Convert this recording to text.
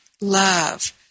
love